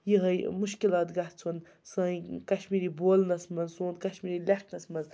یِہٕے مُشکلات گژھُن سٲنۍ کشمیٖری بولنَس منٛز سون کشمیٖری لیٚکھنَس منٛز